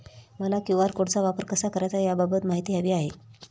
मला क्यू.आर कोडचा वापर कसा करायचा याबाबत माहिती हवी आहे